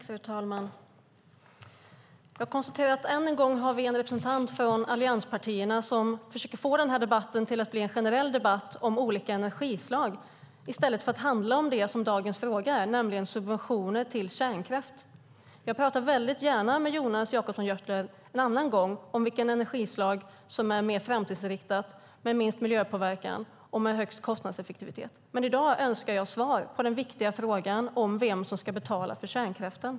Fru talman! Jag konstaterar att vi än en gång har en representant från allianspartierna som försöker få debatten att bli en generell debatt om olika energislag i stället för att handla om det som är dagens fråga, nämligen subventioner till kärnkraft. Jag talar gärna med Jonas Jacobsson Gjörtler en annan gång om vilket energislag som är mer framtidsinriktat och som har minst miljöpåverkan och högst kostnadseffektivitet. Men i dag önskar jag svar på den viktiga frågan om vem som ska betala för kärnkraften.